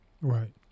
Right